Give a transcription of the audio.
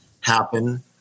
happen